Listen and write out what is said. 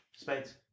Spades